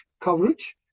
coverage